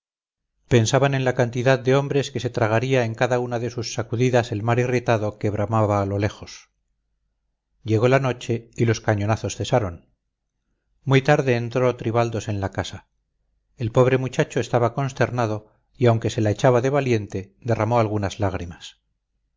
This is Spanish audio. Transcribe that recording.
pensaban en la cantidad de hombres que se tragaría en cada una de sus sacudidas el mar irritado que bramaba a lo lejos llegó la noche y los cañonazos cesaron muy tarde entró tribaldos en la casa el pobre muchacho estaba consternado y aunque se la echaba de valiente derramó algunas lágrimas